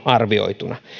arvioituna